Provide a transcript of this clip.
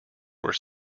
were